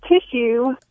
tissue